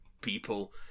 people